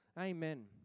Amen